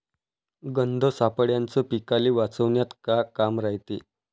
गंध सापळ्याचं पीकाले वाचवन्यात का काम रायते?